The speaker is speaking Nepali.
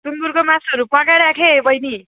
सुँगुरको मासुहरू पकाइराख् है बहिनी